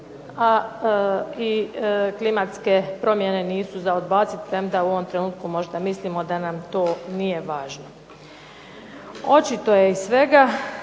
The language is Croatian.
a i klimatske promjene nisu za odbaciti, premda u ovom trenutku možda mislimo da nam to nije važno. Očito je iz svega